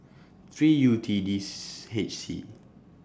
three U T dis H C